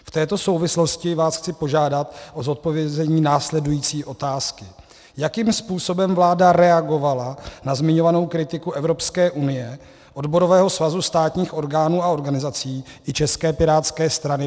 V této souvislosti vás chci požádat o zodpovězení následující otázky: Jakým způsobem vláda reagovala na zmiňovanou kritiku Evropské unie, Odborového svazu státních orgánů a organizací i České pirátské strany?